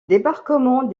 débarquement